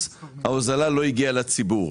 ההוזלה לא הגיעה לציבור.